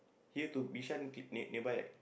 here to Bishan cl~ near nearby